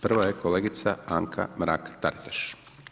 Prva je kolegica Anka Mrak-Taritaš.